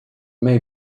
may